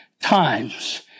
times